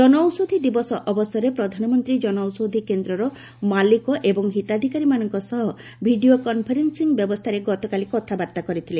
ଜନଔଷଧି ଦିବସ ଅବସରରେ ପ୍ରଧାନମନ୍ତ୍ରୀ ଜନଔଷଧି କେନ୍ଦ୍ରର ମାଲିକ ଏବଂ ହିତାଧିକାରୀମାନଙ୍କ ସହ ଭିଡ଼ିଓ କନ୍ଫରେନ୍ନିଂ ବ୍ୟବସ୍ଥାରେ ଗତକାଲି କଥାବାର୍ତ୍ତା କରିଥିଲେ